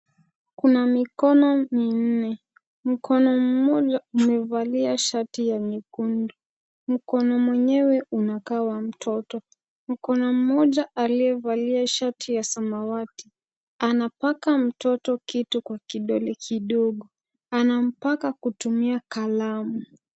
Kuna mikono minne. Mkono moja umevalia shati ya nyekundu. Mkono mwenyewe unakaa wa mtoto . Mkono moja aliyevalia shati ya samawati . Anapaka mtoto kitu kwa kidole kidogo. Anampaka kutumia kalamu.